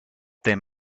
them